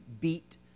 beat